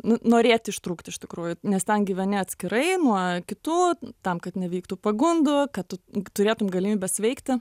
nu norėti ištrūkti iš tikrųjų nes ten gyveni atskirai nuo kitų tam kad nevyktų pagundų kad tu turėtum galimybę sveikti